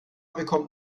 bekommt